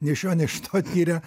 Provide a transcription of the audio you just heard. nei iš šio nei iš to tiria